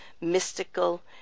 mystical